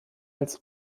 als